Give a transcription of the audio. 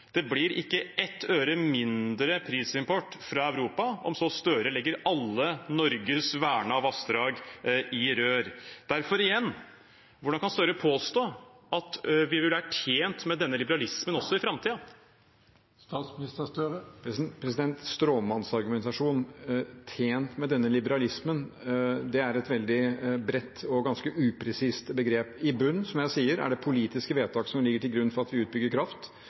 Det blir ikke ett øre mindre i prisimport fra Europa om så Støre legger alle Norges vernede vassdrag i rør. Derfor spør jeg igjen: Hvordan kan Støre påstå at vi vil være tjent med denne liberalismen også i framtiden? «Stråmannsargumentasjon», «tjent med denne liberalismen» – det er veldig brede og ganske upresise begrep. Det er, som jeg sier, politiske vedtak som ligger til grunn for at vi bygger ut kraft.